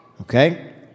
Okay